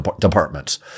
departments